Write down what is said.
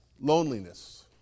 loneliness